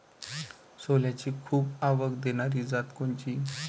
सोल्याची खूप आवक देनारी जात कोनची?